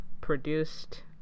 produced